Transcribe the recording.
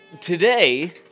today